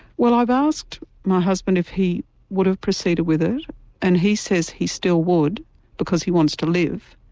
well i've asked my husband if he would have proceeded with it and he says he still would because he wants to live,